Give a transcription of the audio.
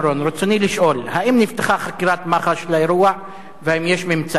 רצוני לשאול: 1. האם נפתחה חקירת מח"ש על האירוע והאם יש ממצאים?